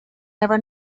never